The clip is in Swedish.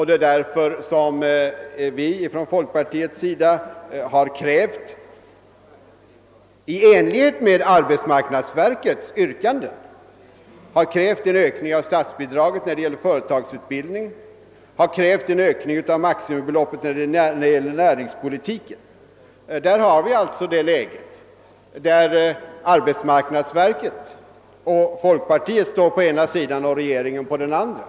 Det är därför som vi från folkpartiets sida, i enlighet med arbetsmarknadsverkets yrkande, har krävt en ökning av statsbidraget när det gäller företagsutbildning och en ökning av maximibeloppet när det gäller näringspolitiska åtgärder. Här har vi alltså det läget att arbetsmarknadsverket och folkpartiet står på den ena sidan och regeringen på den andra.